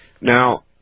Now